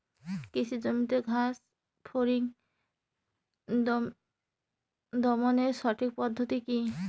কৃষি জমিতে ঘাস ফরিঙ দমনের সঠিক পদ্ধতি কি?